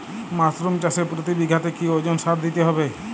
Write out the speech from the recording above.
Mushroom চাষে প্রতি বিঘাতে কি ওজনে সার দিতে হবে?